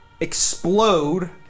explode